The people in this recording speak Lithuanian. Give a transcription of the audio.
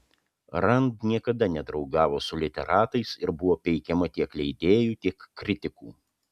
rand niekada nedraugavo su literatais ir buvo peikiama tiek leidėjų tiek kritikų